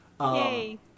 Yay